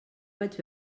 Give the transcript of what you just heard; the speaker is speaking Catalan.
vaig